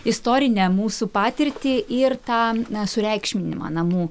istorinę mūsų patirtį ir tą sureikšminimą namų